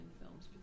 films